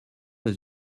does